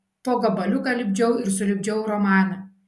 po gabaliuką lipdžiau ir sulipdžiau romaną